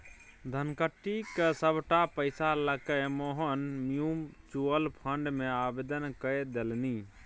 धनकट्टी क सभटा पैसा लकए मोहन म्यूचुअल फंड मे आवेदन कए देलनि